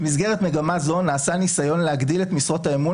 במסגרת מגמה זו נעשה ניסיון להגדיל את משרות האמון